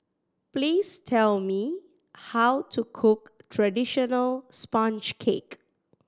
please tell me how to cook traditional sponge cake